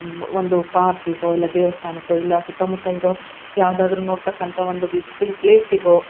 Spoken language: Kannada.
ಒಂದು ಪಾರ್ಕಿಗೋ ಇಲ್ಲ ದೇವಸ್ಥಾನಕ್ಕೋ ಇಲ್ಲ ಸುತ್ತಮುತ್ತ ಇರೋ ಯಾವುದಾದ್ರೂ ನೋಡತಕ್ಕಂಥ ಒಂದು ವಿಸಿಟಿಂಗ್ ಪ್ಲೇಸಿಗೋ